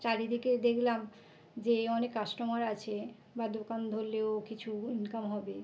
চারিদিকে দেখলাম যে অনেক কাস্টোমার আছে বা দোকান ধরলেও কিছু ইনকাম হবে